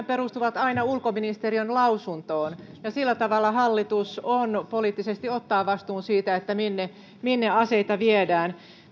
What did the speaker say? perustuvat aina ulkoministeriön lausuntoon sillä tavalla hallitus poliittisesti ottaa vastuun siitä minne aseita viedään